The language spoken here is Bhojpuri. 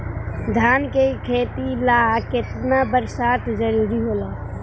धान के खेती ला केतना बरसात जरूरी होला?